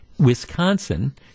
Wisconsin